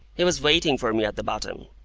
he was waiting for me at the bottom,